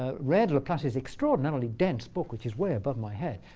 ah read laplace's extraordinarily dense book, which is way above my head,